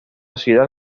ciudad